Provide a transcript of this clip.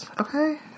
okay